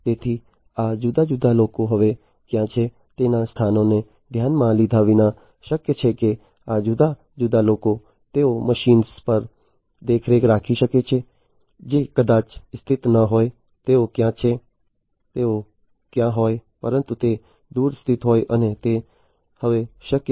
તેથી આ જુદા જુદા લોકો હવે ક્યાં છે તેના સ્થાનને ધ્યાનમાં લીધા વિના શક્ય છે કે આ જુદા જુદા લોકો તેઓ મશીનો પર દેખરેખ રાખી શકે છે જે કદાચ સ્થિત ન હોય તેઓ ક્યાં હોય પરંતુ તે દૂર સ્થિત હોય અને તે હવે શક્ય છે